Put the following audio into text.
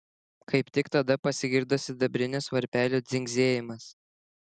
kaip tik tada pasigirdo sidabrinis varpelių dzingsėjimas